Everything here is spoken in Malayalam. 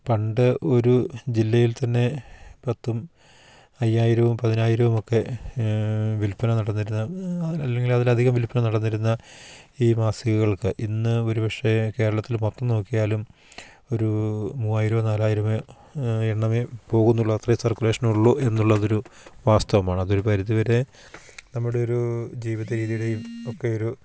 പണ്ട് ഒരു ജില്ലയിൽ തന്നെ പത്തും അയ്യായിരവും പതിനായിരവുമൊക്കെ വിൽപ്പന നടന്നിരുന്ന അല്ലെങ്കിൽ അതിലധികം വിൽപ്പന നടന്നിരുന്ന ഈ മാസികകൾക്ക് ഇന്ന് ഒരുപക്ഷേ കേരളത്തിൽ മൊത്തം നോക്കിയാലും ഒരു മൂവായിരമോ നാലായിരമേ എണ്ണമേ പോകുന്നുള്ളു അത്രയേ സർക്കുലേഷനുള്ളു എന്നുള്ളതൊരു വാസ്തവമാണ് അതൊരു പരിധിവരെ നമ്മുടെ ഒരു ജീവിത രീതിയുടെയും ഒക്കെ ഒരു